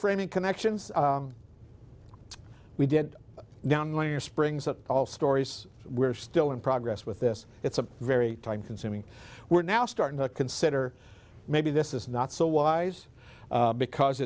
framing connections we did down layer springs that all stories we're still in progress with this it's a very time consuming we're now starting to consider maybe this is not so wise because